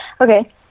Okay